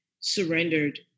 surrendered